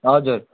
हजुर